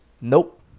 Nope